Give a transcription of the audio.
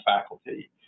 faculty